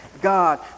God